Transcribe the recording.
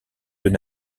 deux